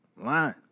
lying